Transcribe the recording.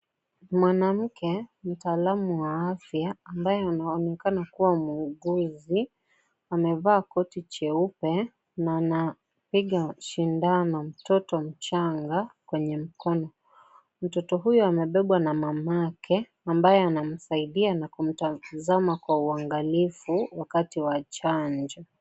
Mwanamke mtaalamu wa afya ambaye anaonekana kuwa muuguzi, amevaa koti jeupe na anapiga sindano mtoto mchanga kwenye mkono. Mtoto huyu amebebwa na mamake, ambaye anamsaidia na kumtazama kwa uangalifu wakati wa chanjo.